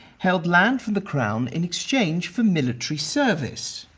held land from the crown in exchange for military service.